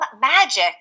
magic